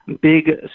big